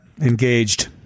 Engaged